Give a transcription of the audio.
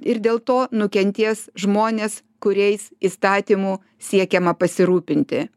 ir dėl to nukentės žmonės kuriais įstatymu siekiama pasirūpinti